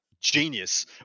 genius